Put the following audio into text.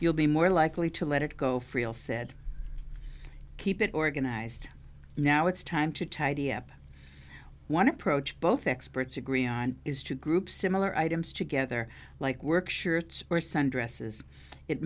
you'll be more likely to let it go friel said keep it organized now it's time to tidy up one approach both experts agree on is to group similar items together like work shirts or sundresses it